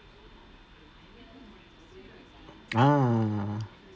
ah